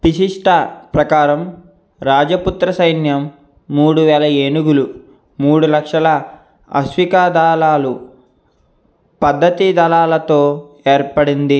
పిసిష్ట ప్రకారం రాజపుత్ర సైన్యం మూడు వేల ఏనుగులు మూడు లక్షల అశ్వికదాళాలు పద్దతి దళాలతో ఏర్పడింది